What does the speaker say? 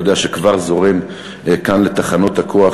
אתה יודע שהוא כבר זורם כאן לתחנות הכוח,